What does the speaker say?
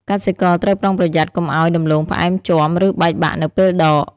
កសិករត្រូវប្រុងប្រយ័ត្នកុំឱ្យដំឡូងផ្អែមជាំ ឬបែកបាក់នៅពេលដក។